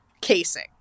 casing